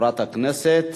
חברת הכנסת